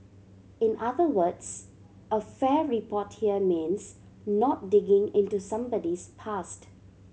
in other words a fair report here means not digging into somebody's past